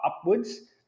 upwards